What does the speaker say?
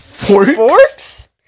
Forks